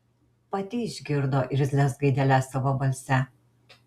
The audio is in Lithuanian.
pati išgirdo irzlias gaideles savo balse